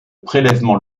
prélèvement